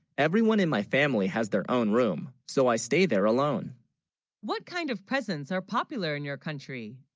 everyone in my family has their, own room so i stay there alone what kind of presents are popular in your country?